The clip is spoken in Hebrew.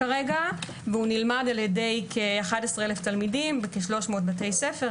והוא נלמד על ידי כ-11,000 תלמידים בכ-300 בתי ספר.